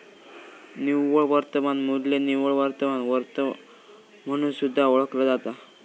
निव्वळ वर्तमान मू्ल्य निव्वळ वर्तमान वर्थ म्हणून सुद्धा ओळखला जाता